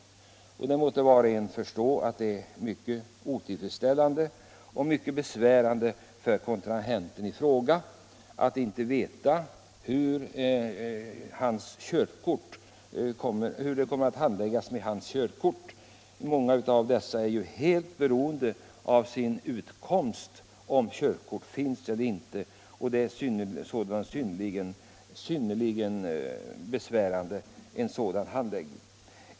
Var och en måste förstå att det är mycket otillfredsställande och besvärande för vederbörande att inte veta hur det kommer att gå med körkortet. Många av dem det här gäller är helt beroende av körkortet för sin utkomst. En sådan handläggning blir därför synnerligen besvärande för dem.